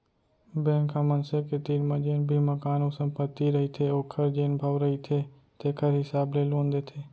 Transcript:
bank ह मनसे के तीर म जेन भी मकान अउ संपत्ति रहिथे ओखर जेन भाव रहिथे तेखर हिसाब ले लोन देथे